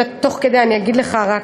ותוך כדי אני אגיד לך רק: